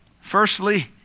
Firstly